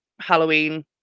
Halloween